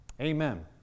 Amen